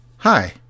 Hi